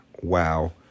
wow